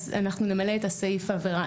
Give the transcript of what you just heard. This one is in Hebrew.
אנחנו נמלא את סעיף העבירה.